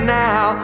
now